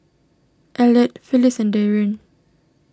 Eliot Phyllis and Darien